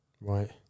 right